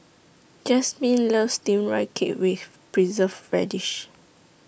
Jazmine loves Steamed Rice Cake with Preserved Radish